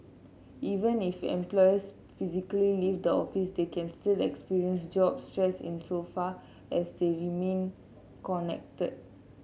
even if employees physically leave the office they can still experience job stress insofar as they remain connected